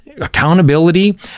accountability